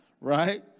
Right